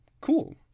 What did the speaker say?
Cool